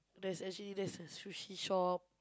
there's actually there's a sushi shop